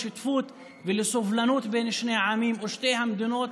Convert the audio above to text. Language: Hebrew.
לשותפות ולסובלנות בין שני העמים ושתי המדינות,